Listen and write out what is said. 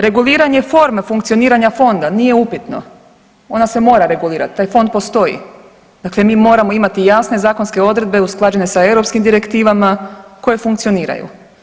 Reguliranje forme funkcioniranja fonda nije upitno, ona se mora regulirat, taj fond postoji, dakle mi moramo imati jasne zakonske odredbe usklađene sa europskim direktivama koje funkcioniraju.